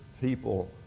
people